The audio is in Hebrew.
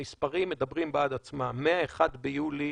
המספרים מדברים בעד עצמם, מה-1 ביולי